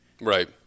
Right